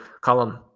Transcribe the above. column